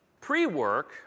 pre-work